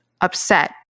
upset